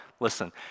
Listen